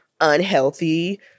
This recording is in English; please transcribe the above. unhealthy